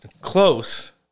close